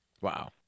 Wow